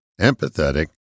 Empathetic